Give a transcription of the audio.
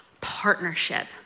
partnership